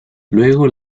luego